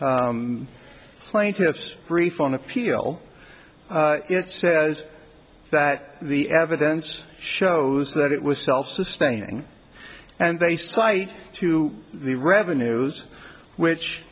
e plaintiff's brief on appeal it says that the evidence shows that it was self sustaining and they cite to the revenues which